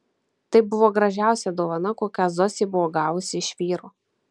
tai buvo gražiausia dovana kokią zosė buvo gavusi iš vyro